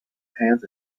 pants